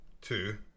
two